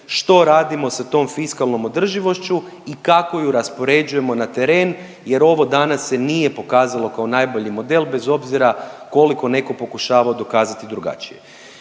što radimo sa tom fiskalnom održivošću i kako ju raspoređujemo na teren, jer ovo danas se nije pokazalo kao najbolji model bez obzira koliko netko pokušavao dokazati drugačije.